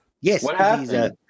Yes